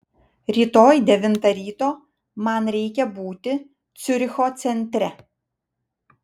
rytoj devintą ryto man reikia būti ciuricho centre